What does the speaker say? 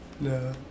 no